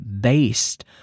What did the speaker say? based